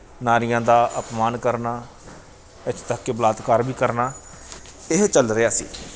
ਨਾਰੀਆਂ ਦਾ ਅਪਮਾਨ ਕਰਨਾ ਇੱਥੋਂ ਤੱਕ ਕਿ ਬਲਾਤਕਾਰ ਵੀ ਕਰਨਾ ਇਹੋ ਚੱਲ ਰਿਹਾ ਸੀ